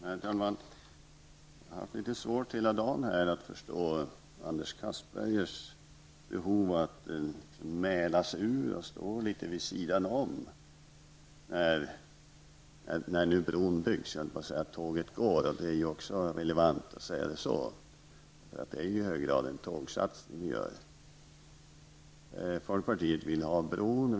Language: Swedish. Herr talman! Jag har haft svårt hela dagen att förstå Anders Castbergers behov att mäla sig ur och stå litet vid sidan om när nu bron byggs -- jag höll på att säga tåget går; det är ju i hög grad en tågsatsning vi gör. Folkpartiet vill ha en bro.